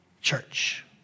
church